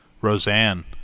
Roseanne